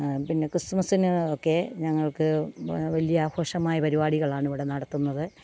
പിന്നെ ക്രിസ്മസിന് ഒക്കെ ഞങ്ങൾക്ക് വലിയ ആഘോഷമായ പരിപാടികളാണ് ഇവിടെ നടത്തുന്നത്